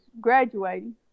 graduating